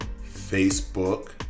Facebook